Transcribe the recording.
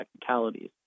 technicalities